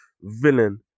villain